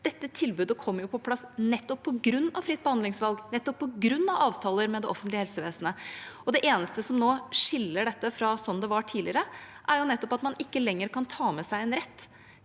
Dette tilbudet kom jo på plass nettopp på grunn av fritt behandlingsvalg, nettopp på grunn av avtaler med det offentlige helsevesenet. Det eneste som nå skiller dette fra slik det var tidligere, er nettopp at de veteranene det er